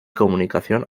comunicación